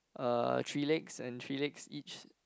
uh three legs and three legs each